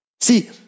See